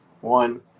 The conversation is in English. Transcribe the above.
One